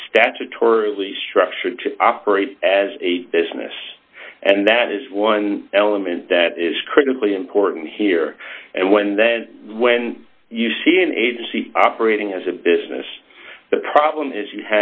that is statutorily structured to operate as a business and that is one element that is critically important here and when then when you see an agency operating as a business the problem is you